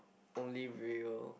only real